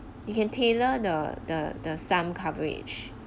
you can tailor the the the some coverage